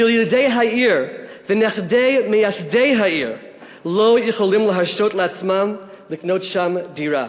וילידי העיר ונכדי מייסדי העיר לא יכולים להרשות לעצמם לקנות שם דירה.